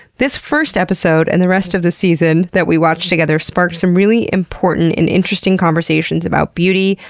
this first episode and the rest of the season that we watched together sparked some really important and interesting conversation about beauty,